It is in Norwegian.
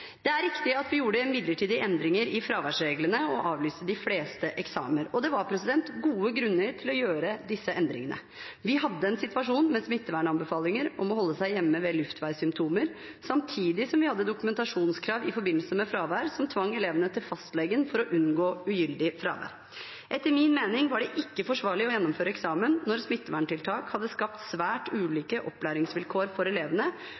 Det er riktig at vi gjorde midlertidige endringer i fraværsreglene og avlyste de fleste eksamener, og det var gode grunner til å gjøre disse endringene. Vi hadde en situasjon med smittevernanbefalinger om å holde seg hjemme ved luftveissymptomer, samtidig som vi hadde dokumentasjonskrav i forbindelse med fravær som tvang elevene til fastlegen for å unngå ugyldig fravær. Etter min mening var det ikke forsvarlig å gjennomføre eksamen når smitteverntiltak hadde skapt svært ulike opplæringsvilkår for elevene